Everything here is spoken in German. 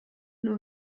nur